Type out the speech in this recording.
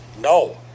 No